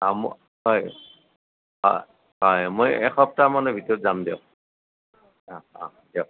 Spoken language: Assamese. অঁ মই হয় হয় হয় মই এসপ্তাহ মানৰ ভিতৰত যাম দিয়ক অঁ অঁ দিয়ক অঁ